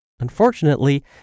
Unfortunately